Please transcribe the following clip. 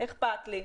אכפת לי, אכפת לי.